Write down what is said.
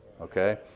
Okay